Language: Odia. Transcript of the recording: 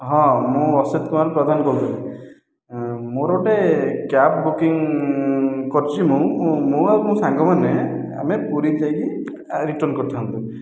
ହଁ ମୁଁ ଅସିତ କୁମାର ପ୍ରଧାନ କହୁଥିଲି ମୋର ଗୋଟିଏ କ୍ୟାବ୍ ବୁକିଂ କରିଛି ମୁଁ ମୁଁ ଆଉ ମୋ ସାଙ୍ଗମାନେ ଆମେ ପୁରୀ ଯାଇକି ରିଟର୍ନ କରିଥାନ୍ତୁ